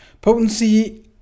potency